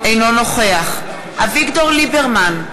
אינו נוכח אביגדור ליברמן,